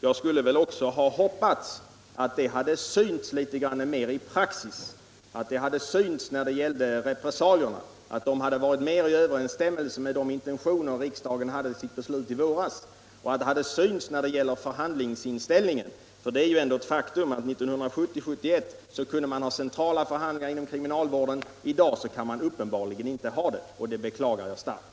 Jag hade också hoppats att det hade synts litet mer i praxis, att det hade synts när det gällde repressalierna — att dessa hade varit mer i överensstämmelse med de intentioner som riksdagen hade i sitt beslut i våras — och att det hade synts när det gällt förhandlingsinställningen. Det är ändå ett faktum att 1970-1971 kunde man ha centrala förhandlingar inom kriminalvården, men i dag kan man uppenbarligen inte ha sådana. Det beklagar jag starkt.